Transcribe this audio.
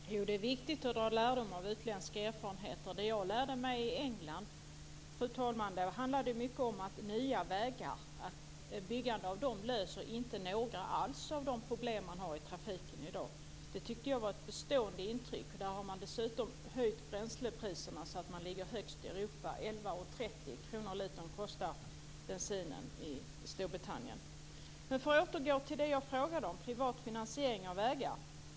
Fru talman! Det är viktigt att dra lärdom av utländska erfarenheter. Jag lärde mig i England, fru talman, att byggande av nya vägar inte alls löser några av de problem som man har i dag i trafiken. Det var ett bestående intryck. Där har man dessutom höjt bränslepriserna, så att de ligger högst i Europa. Bensinen i Storbritannien kostar 11,30 kr per liter. Men jag ska återgå till det som jag frågade om, nämligen privat finansiering av vägar.